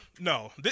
no